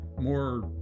more